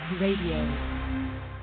Radio